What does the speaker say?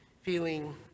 feeling